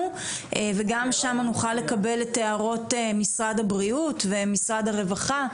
וגם שמה נוכל לקבל את הערות משרד הבריאות ומשרד הרווחה.